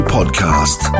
Podcast